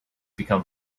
become